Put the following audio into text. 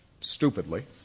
stupidly